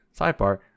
sidebar